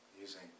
using